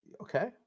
Okay